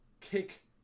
kick